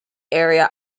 area